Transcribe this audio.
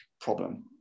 problem